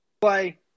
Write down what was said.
Play